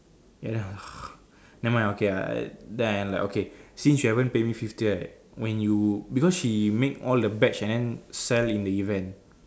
ya lah never mind okay lah then I like okay since you haven't pay me back fifty right when you because she make all those badge and than sell in the event